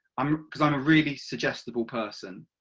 um because i'm a really suggestible person.